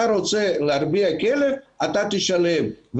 אתה רוצה להרביע כלב, אתה תשלם.